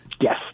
Yes